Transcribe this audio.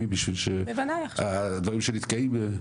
הדברים שנתקעים,